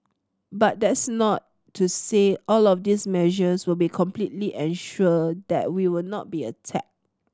but that's not to say all of these measures will be completely ensure that we will not be attacked